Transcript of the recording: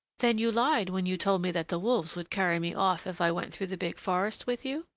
then you lied when you told me that the wolves would carry me off if i went through the big forest with you?